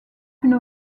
une